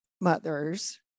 mothers